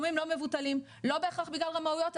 לא בהכרח בגלל רמאויות,